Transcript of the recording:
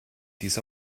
dies